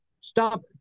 Stop